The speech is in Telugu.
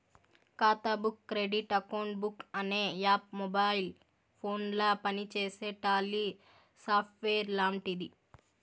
ఖాతా బుక్ క్రెడిట్ అకౌంట్ బుక్ అనే యాప్ మొబైల్ ఫోనుల పనిచేసే టాలీ సాఫ్ట్వేర్ లాంటిది